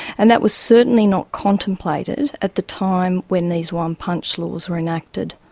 and that was certainly not contemplated at the time when these one-punch laws were enacted.